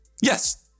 Yes